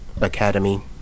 Academy